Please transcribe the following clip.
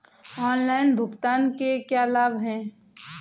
Online भुगतान के क्या लाभ हैं?